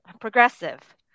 progressive